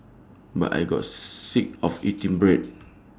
but I got sick of eating bread